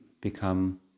become